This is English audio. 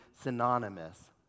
synonymous